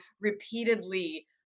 repeatedly